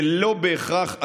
זה לא בהכרח הסגר,